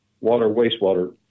water-wastewater